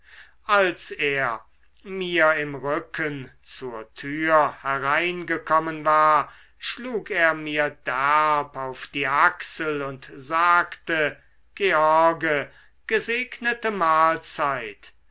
als er mir im rücken zur tür hereingekommen war schlug er mir derb auf die achsel und sagte george gesegnete mahlzeit